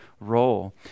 role